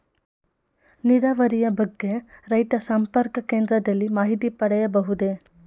ನೀರಾವರಿಯ ಬಗ್ಗೆ ರೈತ ಸಂಪರ್ಕ ಕೇಂದ್ರದಲ್ಲಿ ಮಾಹಿತಿ ಪಡೆಯಬಹುದೇ?